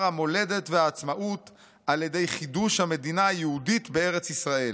המולדת והעצמאות על ידי חידוש המדינה היהודית בארץ ישראל,